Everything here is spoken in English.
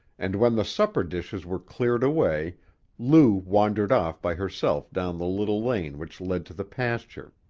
and when the supper dishes were cleared away lou wandered off by herself down the little lane which led to the pasture.